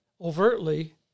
overtly